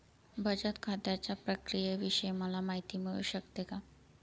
बचत खात्याच्या प्रक्रियेविषयी मला माहिती मिळू शकते का?